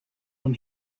when